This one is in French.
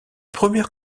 premières